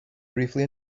briefly